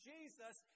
Jesus